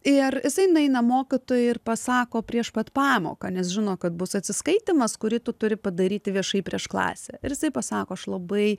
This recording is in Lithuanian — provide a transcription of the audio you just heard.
ir jisai nueina mokytojai ir pasako prieš pat pamoką nes žino kad bus atsiskaitymas kurį tu turi padaryti viešai prieš klasę ir jisai pasako aš labai